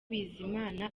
bizimana